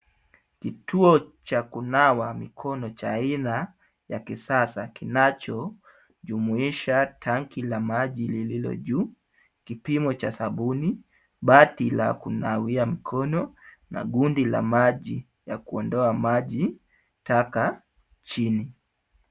Kituo cha kunawa mikono cha aina ya kisasa kinachojumuisha tanki la maji lililo juu, kipimo cha sabuni, bati la kunawia mkono na gundi la maji ya kuondoa maji taka chini.